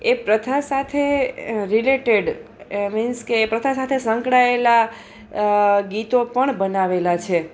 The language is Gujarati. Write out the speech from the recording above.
એ પ્રથા સાથે રિલેટેડ એ મિન્સ કે પ્રથા સાથે સંકળાએલા ગીતો પણ બનાવેલા છે